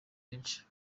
benshi